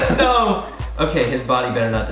um okay, his body better not.